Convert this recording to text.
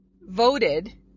voted